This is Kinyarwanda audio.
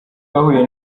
wahuye